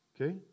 Okay